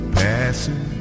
passing